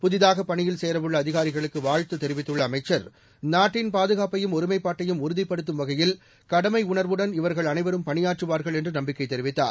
புதிதாக பணியில் சேரவுள்ள அதிகாரிகளுக்கு வாழ்த்துத் தெரிவித்துள்ள அமைச்சர் நாட்டின் பாதுகாப்பையும் ஒருமைப்பாட்டையும் உறுதிப்படுத்தும் வகையில் கடமையுணர்வுடன் இவர்கள் அளைவரும் பணியாற்றுவார்கள் என்று நம்பிக்கை தெரிவித்தார்